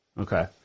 Okay